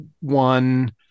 one